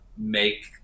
make